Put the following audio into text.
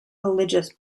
religious